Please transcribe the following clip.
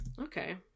Okay